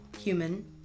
Human